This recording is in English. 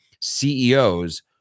CEOs